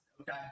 Okay